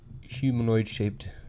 humanoid-shaped